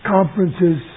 conferences